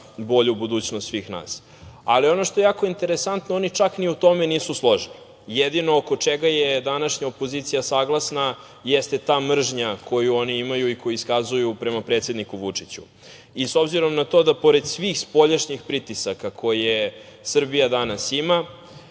bolju budućnost svih nas. Ono što je jako interesantno, oni čak ni u tome nisu složni. Jedino oko čega je današnja opozicija saglasna jeste ta mržnja koju oni imaju i koju iskazuju prema predsedniku Vučiću i s obzirom na to da pored svih spoljašnjih pritisaka, koje Srbija danas ima,